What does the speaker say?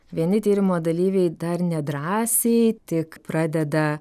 vieni tyrimo dalyviai dar nedrąsiai tik pradeda